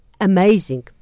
Amazing